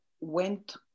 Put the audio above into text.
went